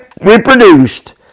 reproduced